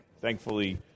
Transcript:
Thankfully